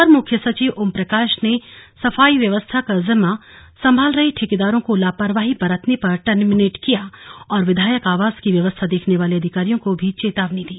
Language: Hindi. अपर मुख्य सचिव ओमप्रकाश ने सफाई व्यवस्था का जिम्मा संभाल रहे ठेकेदार को लापरवाही बरतने पर टर्मिनेट किया और विधायक आवास की व्यवस्था देखने वाले अधिकारियों को भी चेतावनी दी